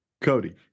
Cody